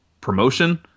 promotion